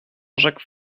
jacques